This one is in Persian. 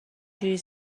جوری